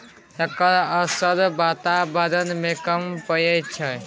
एकर असर बाताबरण में कम परय छै